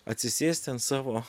atsisėsti ant savo